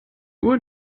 uhr